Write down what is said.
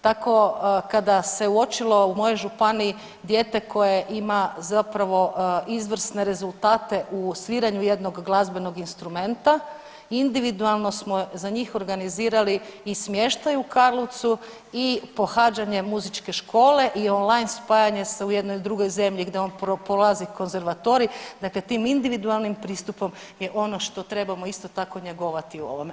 Tako kada se uočilo u mojoj županiji dijete koje ima zapravo izvrsne rezultate u sviranju jednog glazbenog instrumenta individualno smo za njih organizirali i smještaj u Karlovcu i pohađanje muzičke škole i on line spajanje u jednoj drugoj zemlji gdje on polazi konzervatorij, dakle tim individualnim pristupom je ono što trebamo isto tako njegovati u ovome.